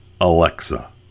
Alexa